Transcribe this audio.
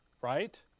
Right